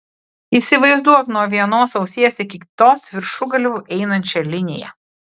įsivaizduok nuo vienos ausies iki kitos viršugalviu einančią liniją